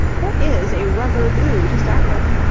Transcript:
what is a rugger blue, to start with?